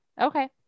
Okay